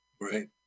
right